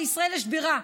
לישראל יש בירה,